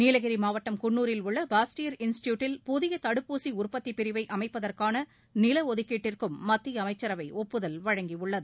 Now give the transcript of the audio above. நீலகிரி மாவட்டம் குன்னூரில் உள்ள பாஸ்டியர் இன்ஸ்ட்டியூட்டில் புதிய தடுப்பூசி உற்பத்திப் பிரிவை அமைப்பதற்கான நில ஒதுக்கீட்டிற்கும் மத்திய அமைச்சரவை ஒப்புதல் வழங்கியுள்ளது